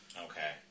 Okay